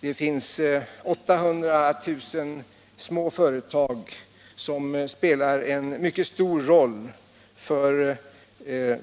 Det finns 800-1 000 små företag som spelar en mycket stor roll för